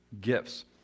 gifts